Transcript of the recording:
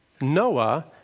Noah